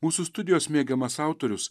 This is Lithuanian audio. mūsų studijos mėgiamas autorius